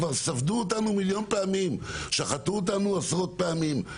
כבר ספדו לנו מאות פעמים, שחטו אותנו עשרות פעמים.